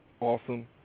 awesome